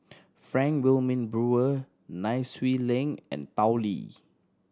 Frank Wilmin Brewer Nai Swee Leng and Tao Li